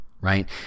right